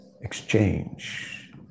exchange